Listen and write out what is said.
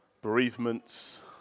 bereavements